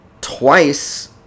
twice